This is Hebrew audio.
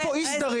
יש פה אי סדרים.